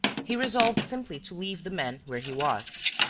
he resolved simply to leave the man where he was.